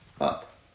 up